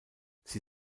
sie